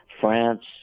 France